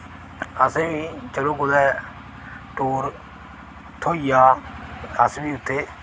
असें बी चलो कुतै टूर थ्होई जा अस बी उत्थै